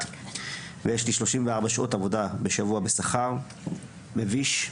ויש לי 34 שעות עבודה בשבוע בשכר מביש,